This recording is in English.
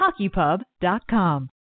HockeyPub.com